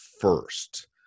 first